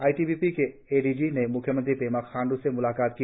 आई T B P के A D G ने म्ख्यमंत्री पेमा खाण्ड् से म्लाकात की